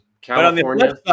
California